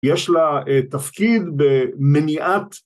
יש לה תפקיד במניעת